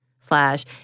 slash